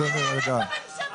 יתעורר פה?